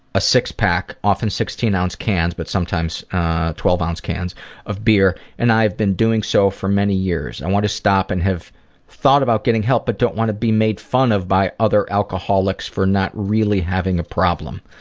a six pack, often sixteen oz. cans but sometimes twelve um oz. cans of beer and i've been doing so for many years. i and want to stop and have thought about getting help but don't want to be made fun of other alcoholics for not really having a problem.